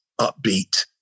upbeat